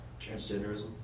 Transgenderism